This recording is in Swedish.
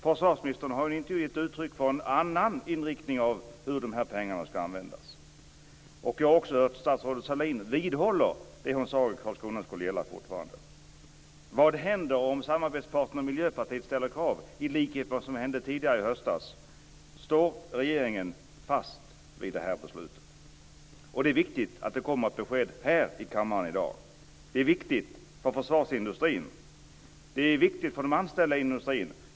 Försvarsministern har i en intervju gett uttryck för en annan inriktning när det gäller hur dessa pengar skall användas. Jag har också hört statsrådet Sahlin vidhålla att det hon sade i Karlskoga fortfarande gäller. Vad händer om samarbetspartnern Miljöpartiet ställer krav, i likhet med vad som hände tidigare i höstas? Står regeringen fast vid detta beslut? Det är viktigt att det kommer ett besked här i kammaren i dag. Det är viktigt för försvarsindustrin. Det är viktigt för de anställda i industrin.